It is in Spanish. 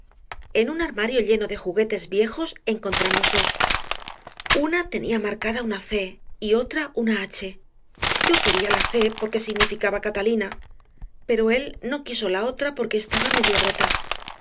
en un armario lleno de juguetes viejos encontramos dos una tenía marcada una c y otra una h yo quería la c porque significaba catalina pero él no quiso la otra porque estaba medio rota